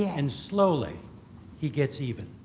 and slowly he gets even.